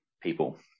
people